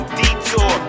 detour